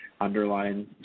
underlying